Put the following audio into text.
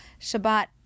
Shabbat